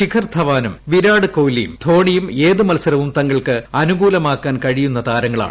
ശിഖർ ധവാനും വിരാട് കോഹ്ലിയും ധോണിയും ഏത് മത്സരവും തങ്ങൾക്ക് അനുകൂലമാക്കാൻ കഴിയുന്ന താരങ്ങളാണ്